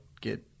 get